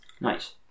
Nice